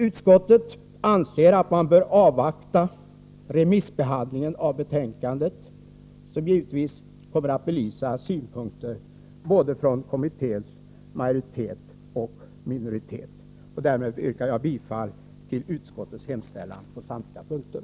Utskottet anser att man bör avvakta remissbehandlingen av betänkandet, som givetvis kommer att belysa synpunkter både från kommitténs majoritet och från dess minoritet. Därmed yrkar jag bifall till utskottets hemställan på samtliga punkter.